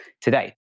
today